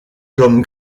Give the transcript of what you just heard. comme